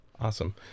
Awesome